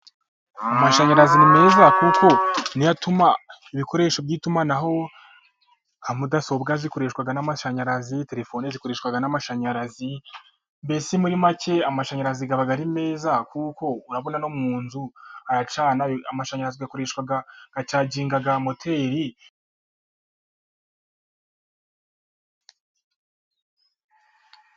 Amashanyarazi ni meza, kuko niyo atuma ibikoresho by'itumanaho nka mudasobwa zikoreshwa n'amashanyarazi, telefone zikoreshwa n'amashanyarazi, mbese muri make amashanyarazi aba ari meza kuko urabona no mu nzu aracana, amashanyarazi akoreshwa acaginga moteri.